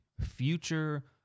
future